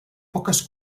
poques